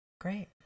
great